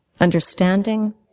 Understanding